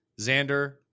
Xander